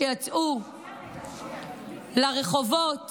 יצאו לרחובות